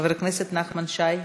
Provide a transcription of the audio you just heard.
חבר הכנסת נחמן שי,